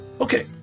Okay